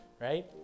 right